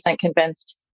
convinced